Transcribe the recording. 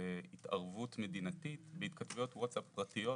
בהתערבות מדינתית בהתכתבויות ווטסאפ פרטיות,